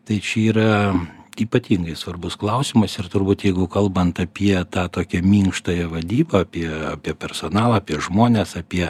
tai čia yra ypatingai svarbus klausimas ir turbūt jeigu kalbant apie tą tokią minkštąją vadybą apie apie personalą apie žmones apie